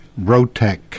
ROTEC